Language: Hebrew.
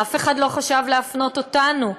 אף אחד לא חשב להפנות אותנו,